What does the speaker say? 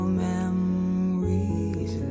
memories